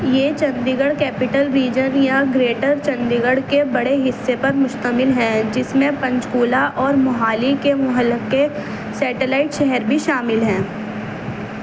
یہ Chandigarh capital region یا greater Chandigarh کے بڑے حصے پر مشتمل ہے جس میں پنچکولہ اور موہالی کے ملحقہ سیٹلائٹ شہر بھی شامل ہیں